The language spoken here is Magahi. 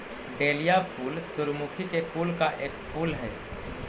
डेलिया फूल सूर्यमुखी के कुल का एक फूल हई